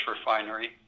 refinery